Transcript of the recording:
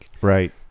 Right